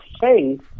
faith